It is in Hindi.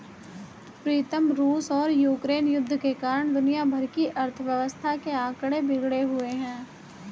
प्रीतम रूस और यूक्रेन युद्ध के कारण दुनिया भर की अर्थव्यवस्था के आंकड़े बिगड़े हुए